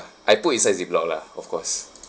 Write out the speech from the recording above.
I put inside ziplock lah of course